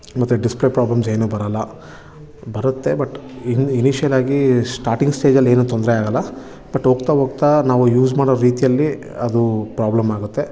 ಮತ್ತು display problems ಏನು ಬರಲ್ಲ ಬರುತ್ತೆ ಬಟ್ ಇನ್ ಇನಿಶಿಯಲ್ ಆಗಿ ಸ್ಟಾರ್ಟಿಂಗ್ ಸ್ಟೇಜಲ್ಲಿ ಏನು ತೊಂದರೆ ಆಗಲ್ಲ ಬಟ್ ಹೋಗ್ತಾ ಹೋಗ್ತಾ ನಾವು ಯೂಸ್ ಮಾಡೋ ರೀತಿಯಲ್ಲಿ ಅದು ಪ್ರಾಬ್ಲಮ್ ಆಗುತ್ತೆ